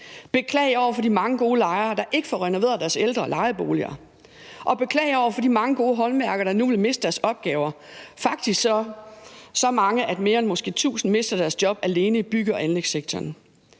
beklage over for de mange gode lejere, der ikke får renoveret deres ældre lejeboliger, og beklage over for de mange gode håndværkere, der nu vil miste deres opgaver – faktisk så mange, at måske flere end 1.000 mister deres job alene i bygge- og anlægssektoren